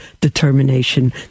determination